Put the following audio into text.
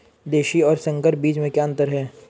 देशी और संकर बीज में क्या अंतर है?